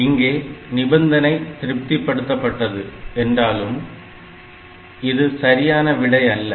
இங்கே நிபந்தனை திருப்திபடுத்தப்பட்டது என்றாலும் இது சரியான விடை அல்ல